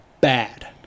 bad